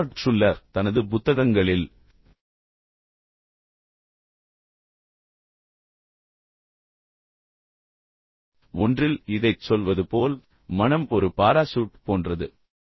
Robert Schuller தனது புத்தகங்களில் ஒன்றில் இதைச் சொல்வது போல் மனம் ஒரு பாராசூட் போன்றது